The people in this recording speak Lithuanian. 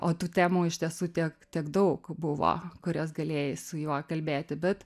o tų temų iš tiesų tiek tiek daug buvo kurias galėjai su juo kalbėti bet